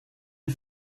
and